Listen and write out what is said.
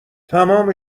تمام